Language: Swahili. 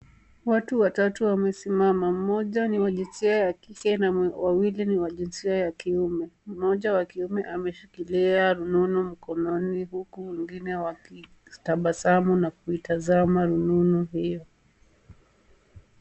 Watu watatu wamesimama. Moja ni wa jinsia ya kike na wawili ni wa jinsia ya kiume. Mmoja wa kiume ameshikilia rununu mkononi huku wengine wakitabasamu na kuitazama rununu hiyo.